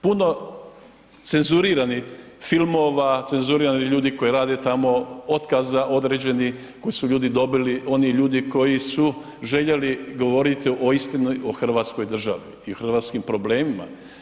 Puno cenzuriranih filmova, cenzurirani ljudi koji rade tamo, otkaza određenih koji su ljudi dobili, oni ljudi koji su željeli govoriti o istini o hrvatskoj državi i hrvatskim problemima.